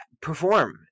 perform